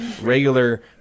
regular